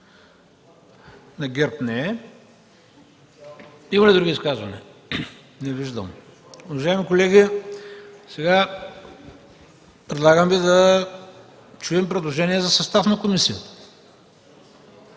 на ГЕРБ – не е. Има ли други изказвания? Не виждам. Уважаеми колеги, предлагам Ви сега да чуем предложение за състав на комисията.